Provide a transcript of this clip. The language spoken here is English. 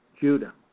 Judah